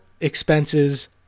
expenses